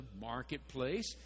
marketplace